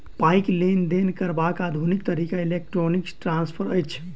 पाइक लेन देन करबाक आधुनिक तरीका इलेक्ट्रौनिक ट्रांस्फर अछि